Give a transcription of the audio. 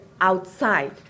outside